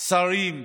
שרים.